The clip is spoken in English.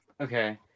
Okay